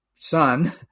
son